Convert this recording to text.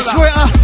Twitter